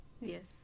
yes